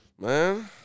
Man